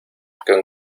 con